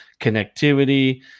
connectivity